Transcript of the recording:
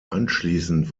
anschließend